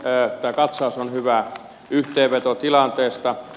tämä katsaus on hyvä yhteenveto tilanteesta